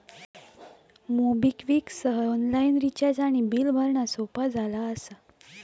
MobiKwik सह online recharge आणि bill भरणा सोपा झाला असा